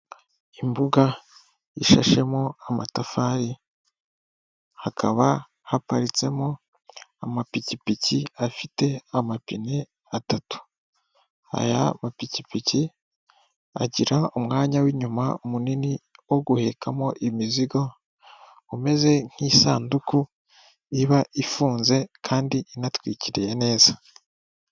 Imbuga ishashemo amatafari hakaba haparitsemo amapikipiki afite amapine atatu, aya mapikipiki agira umwanya w'inyuma munini wo guhekamo imizigo umeze nk'isanduku iba ifunze kandi inatwikiriye neza.